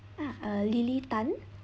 uh lily tan